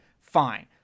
Fine